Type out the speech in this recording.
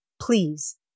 Please